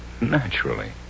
Naturally